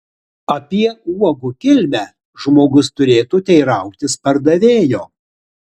apie uogų kilmę žmogus turėtų teirautis pardavėjo